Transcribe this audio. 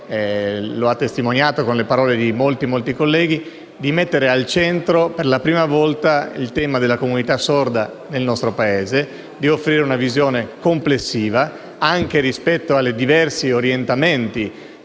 lo ha testimoniato con le parole di molti colleghi) di mettere al centro per la prima volta il tema della comunità sorda nel nostro Paese e di offrire una visione complessiva anche rispetto ai diversi orientamenti